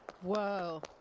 Whoa